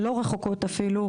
לא רחוקות אפילו,